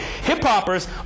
hip-hoppers